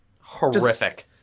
horrific